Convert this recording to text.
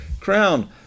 Crown